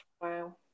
wow